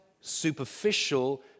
superficial